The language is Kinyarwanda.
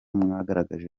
mwagaragaje